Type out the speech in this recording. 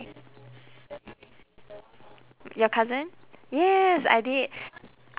your cousin yes I did